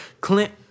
Clint